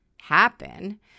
happen